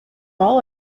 all